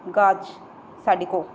ਗਾਜ ਸਾਡੇਕੋ